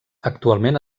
actualment